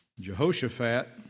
Jehoshaphat